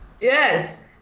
yes